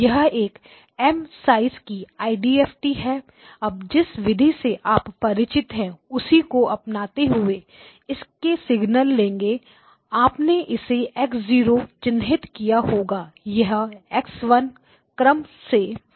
यह एक M size की IDFT है अब जिस विधि से आप परिचित है उसी को अपनाते हुए इसके सिग्नल लेंगे आपने इसे x0 चिन्हित किया होगा यह X1 क्रम में X M−1 है